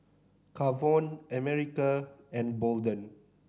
Kavon America and Bolden